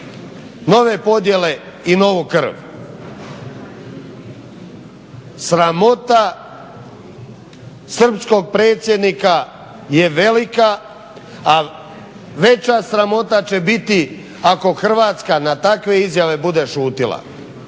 nove podjele i novu krv. Sramota srpskog predsjednika je velika, a veća sramota će biti ako Hrvatska na takve izjave bude šutjela